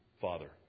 Father